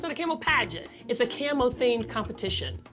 not a camo pageant. it's a camo-themed competition.